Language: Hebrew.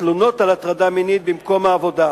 בתלונות על הטרדה מינית במקום העבודה.